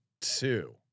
two